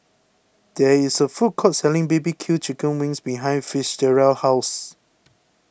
there is a food court selling B B Q Chicken Wings behind Fitzgerald's house